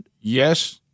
Yes